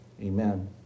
amen